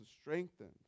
strengthened